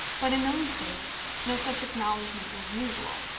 but in those days no such acknowledgment was usual.